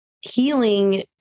healing